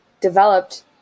developed